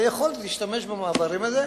והיכולת להשתמש במעברים האלה,